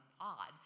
odd